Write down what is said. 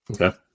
Okay